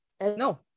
No